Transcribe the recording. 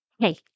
Hey